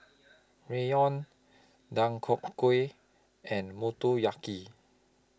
Ramyeon Deodeok Gui and Motoyaki